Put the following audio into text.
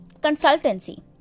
consultancy